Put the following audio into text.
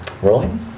Rolling